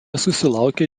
susilaukė